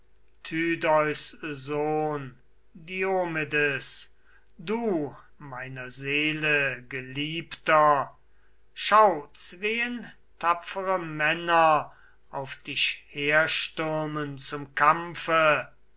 du meiner seele geliebter schau zween tapfere männer auf dich herstürmen zum kampfe